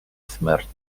смерть